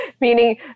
meaning